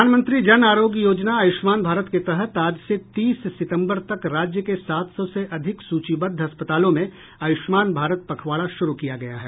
प्रधानमंत्री जन आरोग्य योजना आयुष्मान भारत के तहत आज से तीस सितंबर तक राज्य के सात सौ से अधिक सूचीबद्ध अस्पतालों में आयुष्मान भारत पखवाड़ा शुरू किया गया है